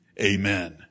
Amen